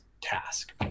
task